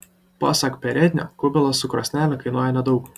pasak perednio kubilas su krosnele kainuoja nedaug